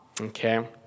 okay